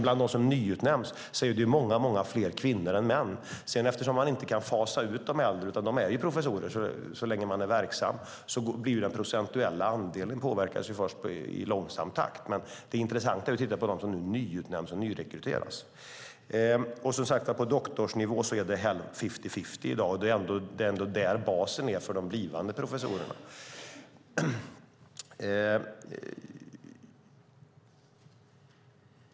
Bland dem som nyutnämns är det dock många fler kvinnor än tidigare. Man kan ju inte fasa ut de äldre. Eftersom de är professorer så länge de är verksamma påverkas den procentuella andelen i långsam takt. Det intressanta är att titta på dem som nyutnämns och nyrekryteras. På doktorsnivå är det fifty-fifty i dag. Det är det som är basen för de blivande professorerna.